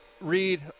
Reed